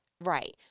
Right